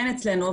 אין אצלנו,